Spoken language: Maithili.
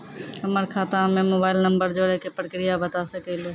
हमर खाता हम्मे मोबाइल नंबर जोड़े के प्रक्रिया बता सकें लू?